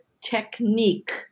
technique